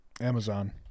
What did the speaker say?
Amazon